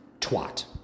twat